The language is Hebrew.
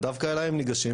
ודווקא אליי הם ניגשים,